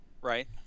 Right